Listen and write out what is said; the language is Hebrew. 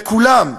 לכולם,